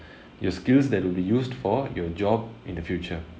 your skills that will be used for your job in the future